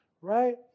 right